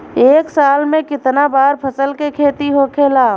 एक साल में कितना बार फसल के खेती होखेला?